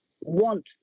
want